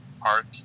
park